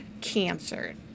cancer